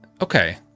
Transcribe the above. Okay